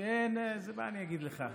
מה אני אגיד לך?